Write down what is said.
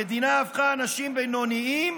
המדינה הפכה אנשים בינוניים